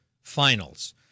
Finals